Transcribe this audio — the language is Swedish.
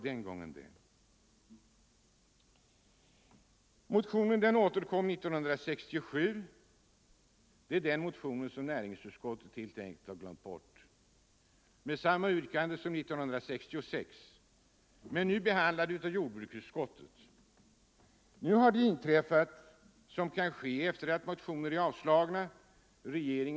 Motionen återkom år 1967 — det är den motion som näringsutskottet helt enkelt har glömt bort — med samma yrkande som år 1966. Nu behandlades den av jordbruksutskottet. Det som kan ske efter det att motioner är avstyrkta inträffar nu.